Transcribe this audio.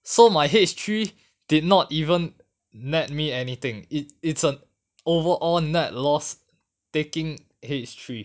so my H three did not even net me anything it it's an overall net loss taking H three